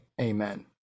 Amen